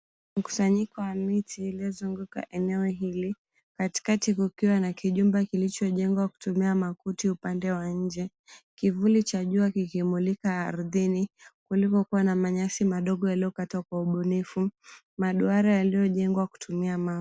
Mkusanyiko wa miti uliozunguka eneo hili, katikati kukiwa na kijumba kilichotengenezwa kutumia makuti upande wa nje, kivuli cha jua kikimulika ardhini kuliko kuwa na manyasi madogo yaliyokatwa kwa ubunifu. Maduara madogo yaliyojengwa kutumia mawe.